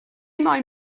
moyn